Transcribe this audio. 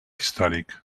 històric